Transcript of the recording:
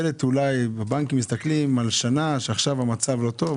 הבנקים מסתכלים על שנה, שעכשיו המצב לא טוב.